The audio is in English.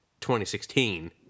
2016